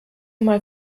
mal